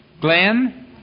Glenn